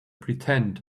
pretend